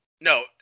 No